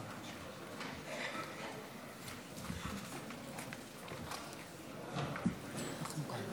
חבריי